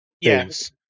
yes